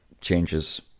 changes